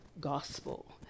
gospel